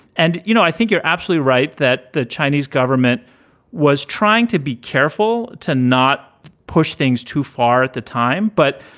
and, you know, i think you're actually right that the chinese government was trying to be careful to not push things too far at the time. but,